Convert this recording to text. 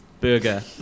burger